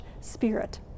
spirit